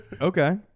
Okay